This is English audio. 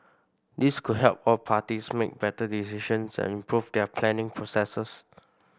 this could help all parties make better decisions and improve their planning processes